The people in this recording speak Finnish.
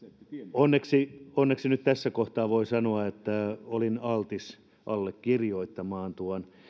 onneksi onneksi nyt tässä kohtaa voi sanoa että olin altis allekirjoittamaan tuon